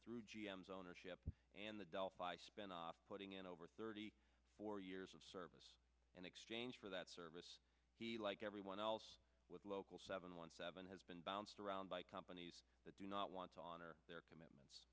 through g m's ownership and the delphi spinoff putting in over thirty four years of service in exchange for that service he like everyone else with local seven one seven has been bounced around by companies that do not want to honor their commitment